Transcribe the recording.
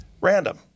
random